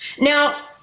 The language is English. Now